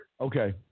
Okay